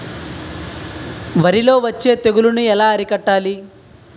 వరిలో వచ్చే తెగులని ఏలా అరికట్టాలి?